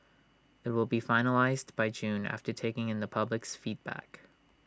IT will be finalised by June after taking in the public's feedback